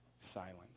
silence